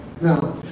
Now